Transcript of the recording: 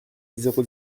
zéro